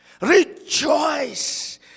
Rejoice